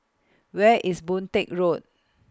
Where IS Boon Teck Road